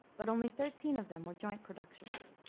but only thirteen of them were joint productions.